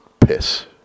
piss